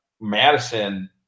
Madison